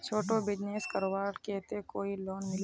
छोटो बिजनेस करवार केते कोई लोन मिलबे?